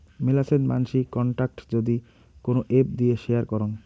মেলাছেন মানসি কন্টাক্ট যদি কোন এপ্ দিয়ে শেয়ার করাং